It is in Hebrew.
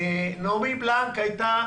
נעמי בלנק הייתה